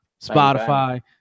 spotify